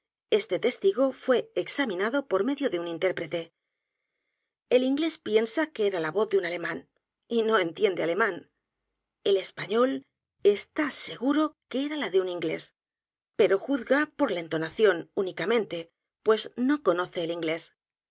este testigo fué examinado por medio de un i n t é r p r e t e el inglés piensa que era la voz de un alemán y no entiende alemán el español está seguro que era la de un inglés pero juzga por la entonación únicamente pues no conoce el inglés